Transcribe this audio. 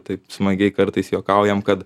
taip smagiai kartais juokaujam kad